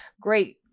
great